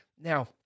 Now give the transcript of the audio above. Now